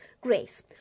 grace